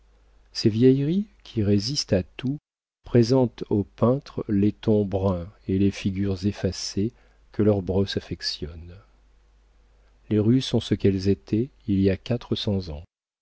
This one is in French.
ces vieilleries qui résistent à tout présentent aux peintres les tons bruns et les figures effacées que leur brosse affectionne les rues sont ce qu'elles étaient il y a quatre cents ans